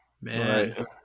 Man